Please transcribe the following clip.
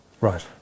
Right